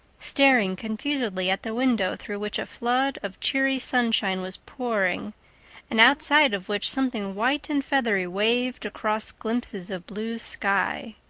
staring confusedly at the window through which a flood of cheery sunshine was pouring and outside of which something white and feathery waved across glimpses of blue sky.